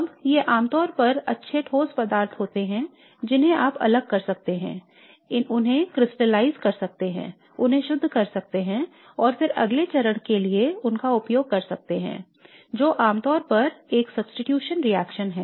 अब ये आमतौर पर अच्छे ठोस पदार्थ होते हैं जिन्हें आप अलग कर सकते हैं उन्हें क्रिस्टलाइज़ कर सकते हैं उन्हें शुद्ध कर सकते हैं और फिर अगले चरण के लिए उनका उपयोग कर सकते हैं जो आमतौर पर एक प्रतिस्थापन रिएक्शन है